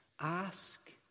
ask